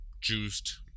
Juiced